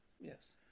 Yes